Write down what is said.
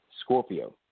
Scorpio